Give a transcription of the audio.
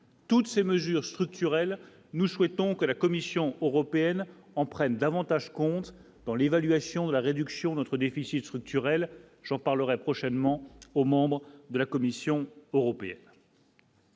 Toutes ces mesures structurelles, nous souhaitons que la Commission européenne en prennent davantage compte dans l'évaluation de la réduction de notre déficit structurel j'en parlerai prochainement aux membres de la Commission européenne.